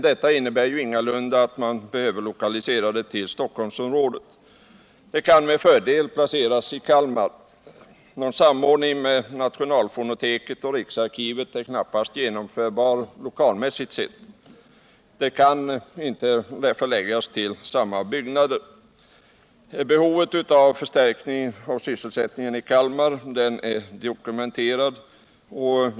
Det innebär ingalunda att den måste lokaliseras till Stockholmsområdet. Verksamheten kan med fördel placeras i Kalmar. Någon samordning med nationalfonoteket eller riksarkivet är lokalmässigt knappast genomförbar. Verksamheten kan inte förläggas i samma byggnader. Behovet av förstärkning av sysselsättningen i Kalmar är klart dokumenterat.